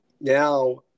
now